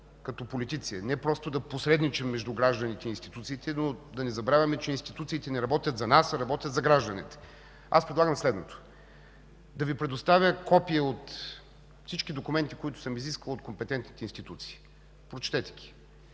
като политици, не просто да посредничим между гражданите и институциите, да не забравяме, че институциите работят не за нас, а за гражданите, предлагам следното. Да Ви предоставя копие от всичко документи, които съм изискал от компетентните институции. Прочетете ги,